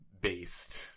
based